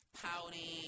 pouting